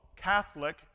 Catholic